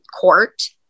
court